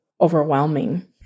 overwhelming